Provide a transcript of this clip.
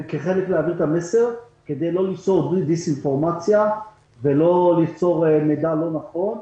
וזאת כדי להעביר את המסר וכדי לא ליצור דיסאינפורמציה ומידע לא נכון.